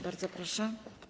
Bardzo proszę.